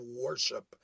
worship